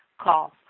call